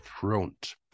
front